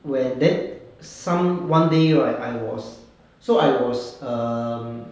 when then some one day right I was so I was err